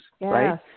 right